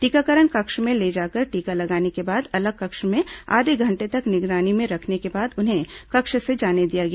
टीकाकरण कक्ष में ले जाकर टीका लगाने के बाद अलग कक्ष में आधे घंटे तक निगरानी में रखने के बाद उन्हें कक्ष से जाने दिया गया